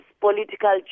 political